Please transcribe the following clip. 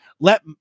Let